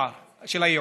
לייעור.